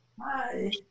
Hi